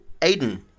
Aiden